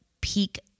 peak